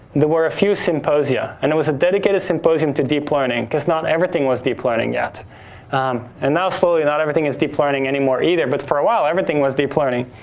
were a few symposia, and it was a dedicated symposium to deep learning cause not everything was deep learning yet and now, slowly, not everything is deep learning anymore either, but for a while, everything was deep learning.